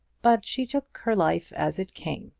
but she took her life as it came,